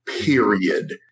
period